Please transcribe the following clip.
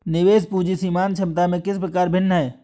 निवेश पूंजी सीमांत क्षमता से किस प्रकार भिन्न है?